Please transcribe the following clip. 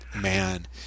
Man